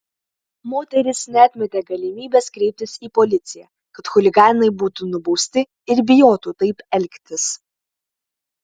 moteris neatmetė galimybės kreiptis į policiją kad chuliganai būtų nubausti ir bijotų taip elgtis